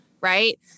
right